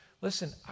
Listen